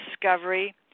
discovery